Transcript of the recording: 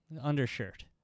Undershirt